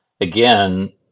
again